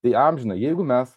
tai amžina jeigu mes